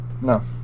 No